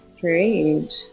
great